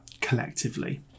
collectively